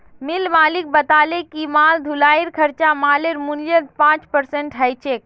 मिल मालिक बताले कि माल ढुलाईर खर्चा मालेर मूल्यत पाँच परसेंट ह छेक